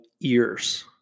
ears